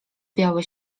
białe